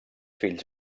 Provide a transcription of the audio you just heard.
fills